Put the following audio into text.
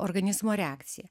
organizmo reakcija